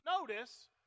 notice